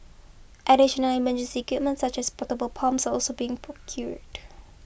additional emergency equipment such as portable pumps are also being procured